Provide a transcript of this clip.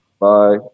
Bye